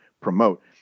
promote